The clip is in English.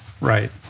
right